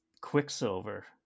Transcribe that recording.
Quicksilver